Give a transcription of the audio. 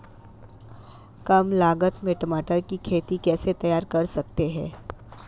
कम लागत में टमाटर की खेती कैसे तैयार कर सकते हैं?